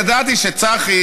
ידעתי שצחי,